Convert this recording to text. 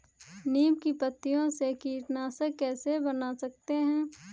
नीम की पत्तियों से कीटनाशक कैसे बना सकते हैं?